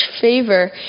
favor